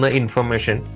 information